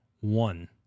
One